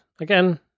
again